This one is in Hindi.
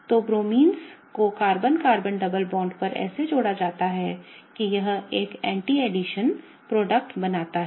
दो ब्रोमाइन्स को कार्बन कार्बन डबल बांड पर ऐसे जोड़ा जाता है की यह एक एंटी एडिशन उत्पाद बनाता है